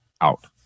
Out